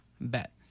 bet